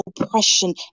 oppression